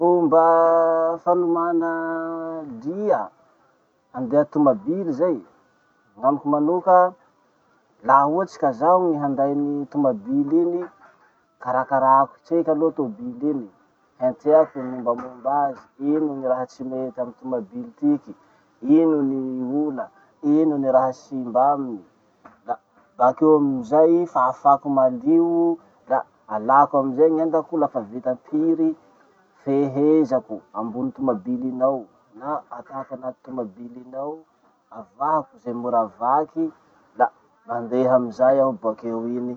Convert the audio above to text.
Fomba fanomana lia handeha tomabily zay. Gn'amiko manoka, laha ohatsy ka zaho ny hinday gny handay ny tomabily iny, karakarako tseky aloha tobily iny. Henteako ny mombamomba azy, ino ny raha tsy mety amy tomabily tiky, ino ny ola, ino ny raha simba aminy. La bakeo amizay, fafako malio la alako amizay gn'entako lafa vita piry, fehezako ambony tomabily iny ao na atako anaty tomabily iny ao, avahiko ze mora vaky, la mandeha amizay aho bakeo iny.